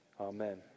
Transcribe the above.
Amen